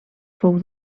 fou